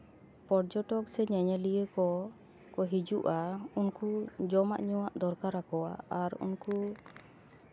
ᱯᱚᱨᱡᱚᱴᱚᱠ ᱥᱮ ᱧᱮᱧᱮᱞᱤᱭᱟᱹ ᱠᱚᱠᱚ ᱦᱤᱡᱩᱜᱼᱟ ᱩᱱᱠᱩ ᱡᱚᱢᱟᱜ ᱧᱩᱣᱟᱜ ᱫᱚᱨᱠᱟᱨ ᱟᱠᱚᱣᱟᱜ ᱟᱨ ᱩᱱᱠᱩ